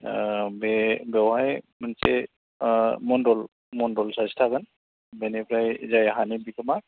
ओ बे बेवहाय मोनसे ओ मन्दल मन्दल सासे थागोन बेनिफ्राय जाय हानि बिगोमा